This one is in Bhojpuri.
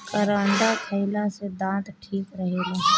करौदा खईला से दांत ठीक रहेला